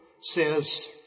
says